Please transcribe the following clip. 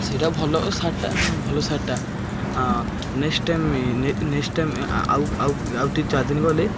ସେଇଟା ଭଲ ସାର୍ଟଟା ହଁ ଭଲ ସାର୍ଟଟା ନେକ୍ସଟ୍ ଟାଇମ୍ ନେକ୍ସଟ୍ ଟାଇମ୍ ଆଉ ଆଉ ଆଉ ଦୁଇ ଚାରିଦିନ ଗଲେ